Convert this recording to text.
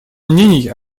мнений